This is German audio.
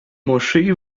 moschee